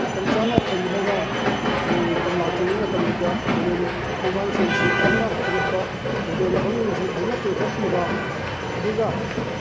ꯃꯇꯝ ꯆꯥꯅ ꯊꯣꯟꯖꯤꯜꯂꯒ ꯅꯣꯡ ꯃꯇꯝ ꯂꯥꯛꯇ꯭ꯔꯤꯉꯩ ꯃꯇꯝꯑꯗꯨꯗ ꯇꯨꯔꯦꯟ ꯈꯣꯡꯕꯥꯟꯁꯤꯡ ꯑꯁꯤ ꯐꯖꯟꯅ ꯊꯣꯡꯒꯠꯄ ꯇꯨꯔꯦꯟ ꯈꯣꯡꯅꯨꯡ ꯑꯁꯤ ꯐꯖꯟꯅ ꯇꯦꯡꯊꯣꯛꯄꯤꯕ ꯑꯗꯨꯒ